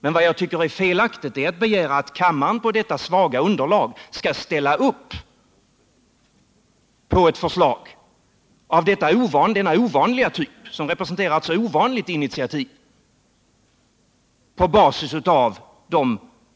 Men vad jag tycker är felaktigt är att begära att kammaren på basis av de mycket svaga motiveringar som här föreligger skall ställa upp för ett förslag av denna ovanliga typ, som alltså representerar ett ovanligt initiativ.